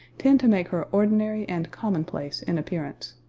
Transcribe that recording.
tend to make her ordinary and commonplace in appearance.